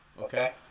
okay